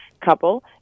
couple